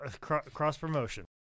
cross-promotion